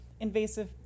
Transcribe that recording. invasive